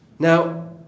Now